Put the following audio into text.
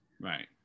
right